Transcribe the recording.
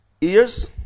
ears